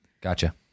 Gotcha